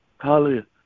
Hallelujah